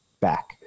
back